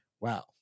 wow